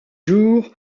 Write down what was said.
jours